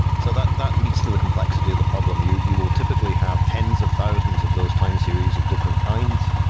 so that that leads to the complexity of the problem. you you will typically have tens of thousands of those time series of different kinds,